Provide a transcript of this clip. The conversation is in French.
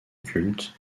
culte